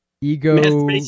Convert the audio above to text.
ego